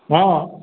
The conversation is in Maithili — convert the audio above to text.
हॅं